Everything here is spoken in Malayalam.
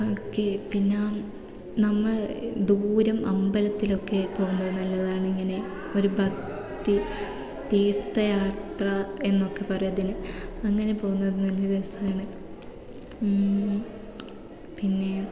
ഓക്കെ പിന്നെ നമ്മൾ ദൂരം അമ്പലത്തിലൊക്കെ പോകുന്നത് നല്ലതാണ് ഇങ്ങനേ ഒരു ഭക്തി തീർത്ഥ യാത്ര എന്നൊക്കെ പറയാാം അതിന് അങ്ങനെ പോകുന്നത് നല്ല രസമാണ് പിന്നേ